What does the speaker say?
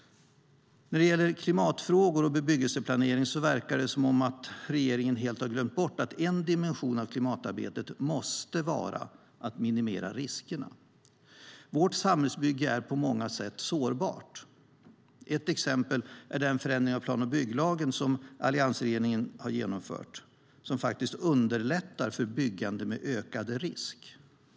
När det gäller klimatfrågor och bebyggelseplanering verkar det som att regeringen helt har glömt bort att en dimension av klimatarbetet måste vara att minimera riskerna. Vårt samhällsbygge är på många sätt sårbart. Ett exempel är den förändring av plan och bygglagen som alliansregeringen genomfört, som faktiskt underlättar för byggande med ökad risk.